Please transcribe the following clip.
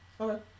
Okay